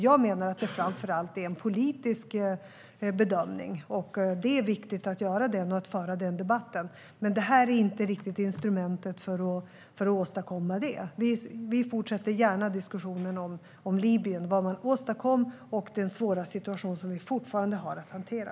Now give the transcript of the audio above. Jag menar att det framför allt är en politisk bedömning. Det är viktigt att göra den och att föra den debatten, men det här är inte riktigt instrumentet för att åstadkomma det. Vi fortsätter gärna diskussionen om Libyen när det gäller vad man åstadkom och den svåra situation som vi fortfarande har att hantera.